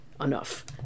enough